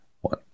one